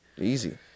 Easy